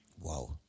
Wow